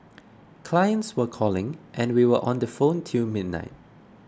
clients were calling and we were on the phone till midnight